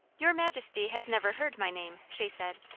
your majesty has never heard my name, she said,